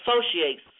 associates